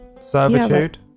Servitude